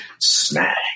Snag